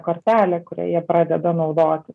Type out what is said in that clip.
kortelė kurią jie pradeda naudoti